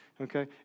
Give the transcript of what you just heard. okay